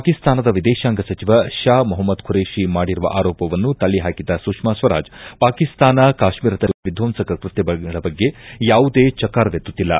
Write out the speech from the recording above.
ಪಾಕಿಸ್ತಾನದ ವಿದೇಶಾಂಗ ಸಚಿವ ಶಾ ಮಹಮ್ಮದ್ ಖುರೇಷಿ ಮಾಡಿರುವ ಆರೋಪವನ್ನು ತಳ್ಳಿ ಹಾಕಿದ ಸುಷ್ನಾ ಸ್ವರಾಜ್ ಪಾಕಿಸ್ತಾನ ಕಾಶ್ಮೀರದಲ್ಲಿ ನಡೆಸುತ್ತಿರುವ ವಿಧ್ವಂಸಕ ಕೃತ್ಯಗಳ ಬಗ್ಗೆ ಯಾವುದೇ ಚಕಾರವೆತ್ತುತ್ತಿಲ್ಲ